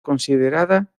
considerada